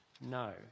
No